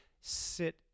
sit